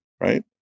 right